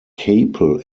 capel